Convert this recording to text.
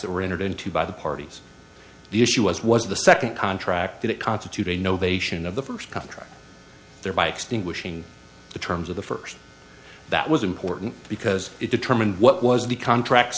that were entered into by the parties the issue as was the second contract that constitute a no vacation of the first contract thereby extinguishing the terms of the first that was important because it determined what was the contracts